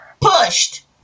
pushed